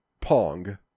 Pong